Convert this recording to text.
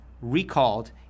recalled